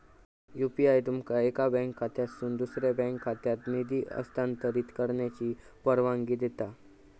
UPI तुमका एका bank खात्यातसून दुसऱ्यो बँक खात्यात निधी हस्तांतरित करण्याची परवानगी देता